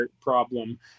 problem